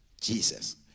Jesus